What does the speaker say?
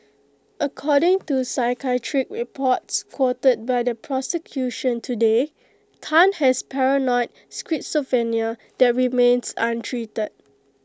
according to psychiatric reports quoted by the prosecution today Tan has paranoid schizophrenia that remains untreated